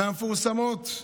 מהמפורסמות,